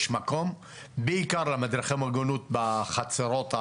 יש מקום בעיקר למדרכי המוגנות בחצרות,